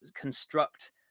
construct